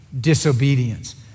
disobedience